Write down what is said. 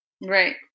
Right